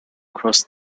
across